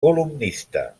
columnista